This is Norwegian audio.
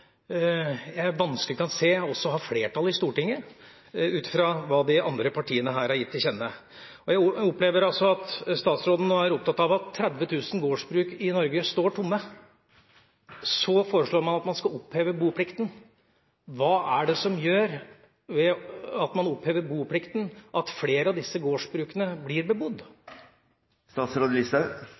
jeg vanskelig kan se har flertall i Stortinget, ut fra hva de andre partiene her har gitt til kjenne. Jeg opplever at statsråden er opptatt av at 30 000 gårdsbruk i Norge står tomme, og så foreslår man at man skal oppheve boplikten. Hva er det som gjør at ved at man opphever boplikten, blir flere av disse gårdsbrukene